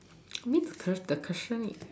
I need to test the question need